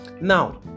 now